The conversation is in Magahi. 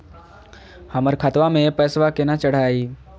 हमर खतवा मे पैसवा केना चढाई?